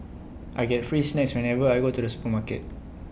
I get free snacks whenever I go to the supermarket